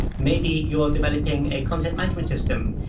maybe you're developing a content management system.